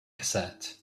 cassette